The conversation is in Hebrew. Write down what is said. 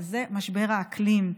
וזה משבר האקלים,